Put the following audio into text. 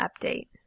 update